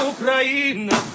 Ukraine